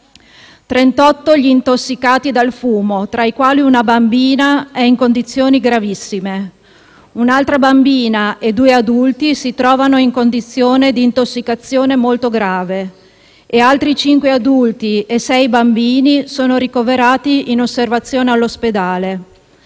gli intossicati dal fumo, tra i quali una bambina che è in condizioni gravissime. Un'altra bambina e due adulti si trovano in condizioni di intossicazione molto grave e altri cinque adulti e sei bambini sono ricoverati in osservazione all'ospedale.